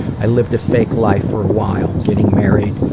i lived a fake life for a while. getting married,